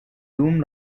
dum